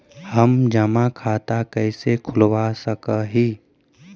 हम जमा खाता कैसे खुलवा सक ही?